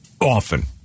often